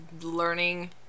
learning